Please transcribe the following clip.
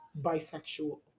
bisexual